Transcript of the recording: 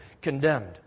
condemned